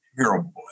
terrible